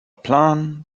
plan